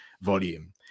volume